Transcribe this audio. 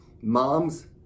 mom's